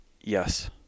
Yes